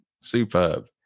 superb